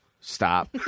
stop